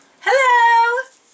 Hello